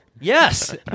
Yes